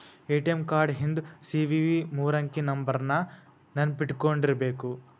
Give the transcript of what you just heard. ATM card ಹಿಂದ್ CVV ಮೂರಂಕಿ ನಂಬರ್ನ ನೆನ್ಪಿಟ್ಕೊಂಡಿರ್ಬೇಕು